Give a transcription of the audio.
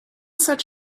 such